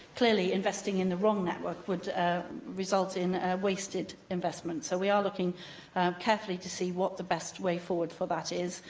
clearly, investing in the wrong network would result in a wasted investment. so, we are looking carefully to see what the best way forward for that is.